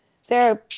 Sarah